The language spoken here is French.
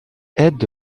aide